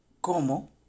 ¿Cómo